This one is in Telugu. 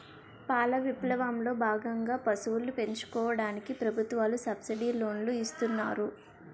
పాల విప్లవం లో భాగంగా పశువులను పెంచుకోవడానికి ప్రభుత్వాలు సబ్సిడీ లోనులు ఇస్తున్నారు